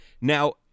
Now